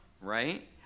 right